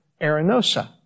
Arenosa